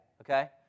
Okay